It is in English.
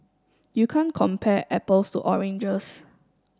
you can't compare apples to oranges